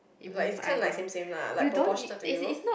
like it's kind of like same same lah like proportionate to you